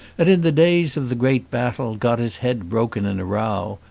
and in the days of the great battle got his head broken in a row,